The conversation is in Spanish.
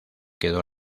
quedó